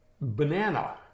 banana